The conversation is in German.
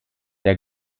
der